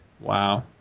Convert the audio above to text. Wow